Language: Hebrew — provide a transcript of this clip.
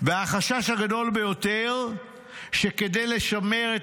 והחשש הגדול ביותר הוא שכדי לשמר את